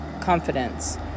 confidence